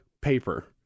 paper